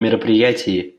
мероприятии